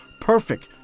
perfect